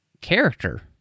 character